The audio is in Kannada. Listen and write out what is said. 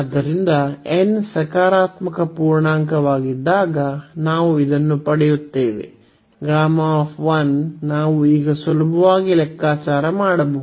ಆದ್ದರಿಂದ n ಸಕಾರಾತ್ಮಕ ಪೂರ್ಣಾಂಕವಾಗಿದ್ದಾಗ ನಾವು ಇದನ್ನು ಪಡೆಯುತ್ತೇವೆ Γ ನಾವು ಈಗ ಸುಲಭವಾಗಿ ಲೆಕ್ಕಾಚಾರ ಮಾಡಬಹುದು